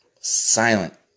silent